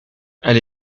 elle